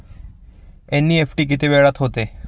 NEFT किती वेळात होते?